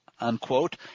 unquote